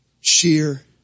Sheer